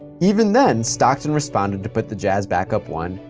even then, stockton responded to put the jazz back up one,